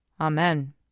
Amen